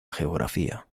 geografía